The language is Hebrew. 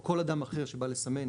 או כל אדם אחר בא לסמן,